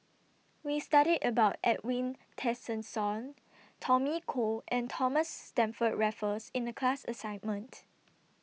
We studied about Edwin Tessensohn Tommy Koh and Thomas Stamford Raffles in The class assignment